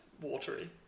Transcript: watery